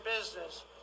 business